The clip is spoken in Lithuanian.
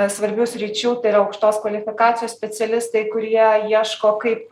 svarbių sričių tai yra aukštos kvalifikacijos specialistai kurie ieško kaip